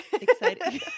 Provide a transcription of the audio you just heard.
Exciting